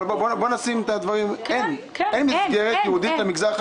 אני רוצה להודות לכבוד השר שהגיע לפה ובאמת עוזר לנו בחודשים